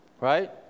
Right